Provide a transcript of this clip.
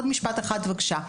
עוד משפט בבקשה.